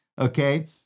okay